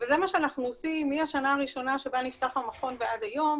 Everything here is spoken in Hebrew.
וזה מה שאנחנו עושים מהשנה הראשונה שבה נפתח המכון ועד היום.